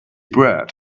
bread